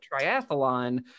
triathlon